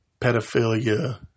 pedophilia